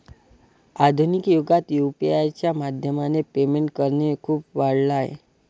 आधुनिक युगात यु.पी.आय च्या माध्यमाने पेमेंट करणे खूप वाढल आहे